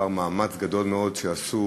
לאחר מאמץ גדול מאוד שעשו,